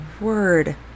word